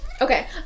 Okay